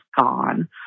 gone